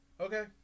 Okay